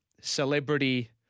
celebrity